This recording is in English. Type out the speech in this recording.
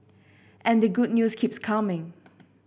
and the good news keeps coming